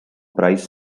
prize